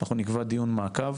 אנחנו נקבע דיון מעקב.